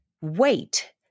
wait